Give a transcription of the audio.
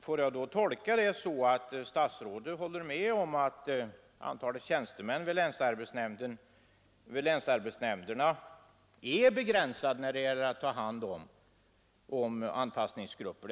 Får jag då tolka det så att statsrådet håller med om att antalet tjänstemän vid länsarbetsnämnderna är begränsat när det gäller att ta hand om anpassningsgrupper?